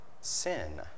sin